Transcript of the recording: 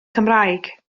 cymraeg